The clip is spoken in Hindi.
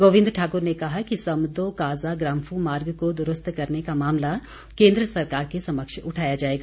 गोविंद ठाकर ने कहा कि समदो काजा ग्राम्फू मार्ग को दुरूस्त करने का मामला केन्द्र सरकार के समक्ष उठाया जाएगा